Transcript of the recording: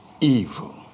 evil